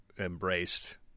embraced